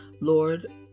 Lord